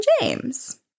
James